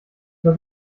was